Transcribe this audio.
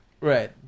Right